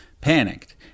panicked